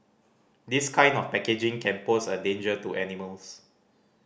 this kind of packaging can pose a danger to animals